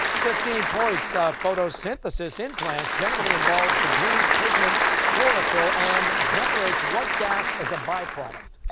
fifteen points photosynthesis in plants generally involves the green pigment chlorophyll and generates what gas as a byproduct?